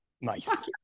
Nice